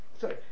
sorry